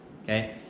Okay